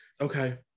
Okay